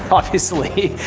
obviously.